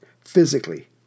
physically